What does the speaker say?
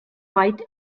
white